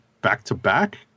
back-to-back